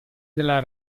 della